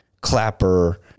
Clapper